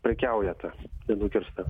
prekiauja tas nenukirstas